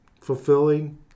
fulfilling